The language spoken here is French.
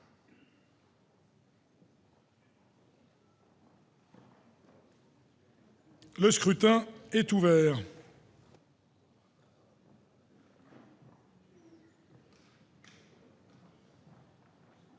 Le scrutin est ouvert.